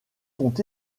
sont